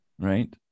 right